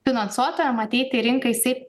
finansuotojam ateiti į rinką jisai